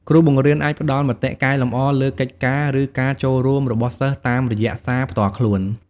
គ្រូបង្រៀនអាចផ្តល់ មតិកែលម្អ លើកិច្ចការ ឬការចូលរួមរបស់សិស្សតាមរយៈសារផ្ទាល់ខ្លួន។